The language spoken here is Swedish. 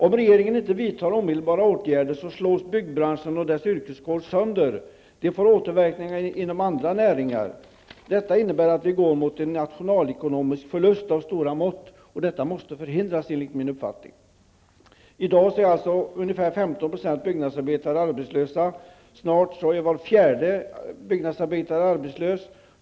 Om regeringen inte vidtar omedelbara åtgärder slås byggbranschen och dess yrkeskår sönder, och det får återverkningar inom andra näringar. Det innebär att vi går mot en nationalekonomisk förlust av stora mått, och detta måste förhindras. I dag är alltså ungefär 15 % byggnadsarbetare arbetslösa, och snart är var fjärde byggnadsarbetare arbetslös.